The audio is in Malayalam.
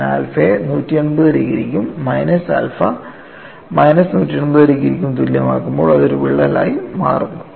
ഞാൻ ആൽഫയെ 180 ഡിഗ്രിക്കും മൈനസ് ആൽഫ മൈനസ് 180 ഡിഗ്രിക്കും തുല്യമാക്കുമ്പോൾ അത് ഒരു വിള്ളലായി മാറുന്നു